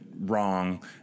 wrong